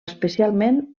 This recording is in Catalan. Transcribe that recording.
especialment